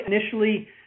initially